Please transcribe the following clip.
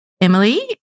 Emily